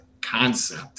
concept